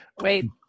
wait